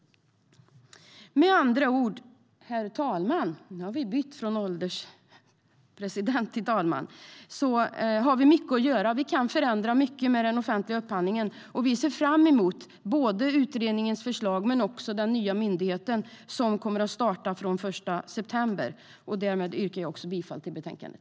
Med andra ord, herr talman, har vi mycket att göra. Vi kan förändra mycket med den offentliga upphandlingen. Vi ser fram emot utredningens förslag men också den nya myndigheten, som kommer att starta den 1 september. Därmed yrkar jag bifall till förslaget i betänkandet.